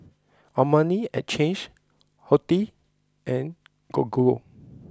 Armani Exchange Horti and Gogo